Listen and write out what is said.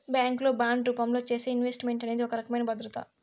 bank లో bond రూపంలో చేసే ఇన్వెస్ట్ మెంట్ అనేది ఒక రకమైన భద్రత